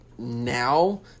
now